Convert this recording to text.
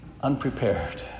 unprepared